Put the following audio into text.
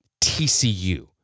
TCU